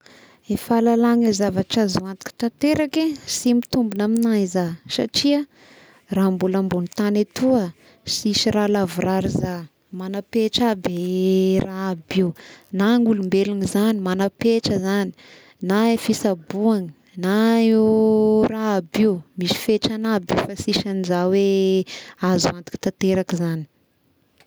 I fahalalagna zavatra azo antoky tanteraky sy mitombigna amignà iza satria raha mbola ambony tagny etoa sisy raha lavorary zah, manapetra aby raha aby io, na ny olombelogna zagny manapetra zagny, na i fisaboagna na io raha aby io misy fetragny aby io fa sisy anzao hoe azo antoky tanteraka izagny.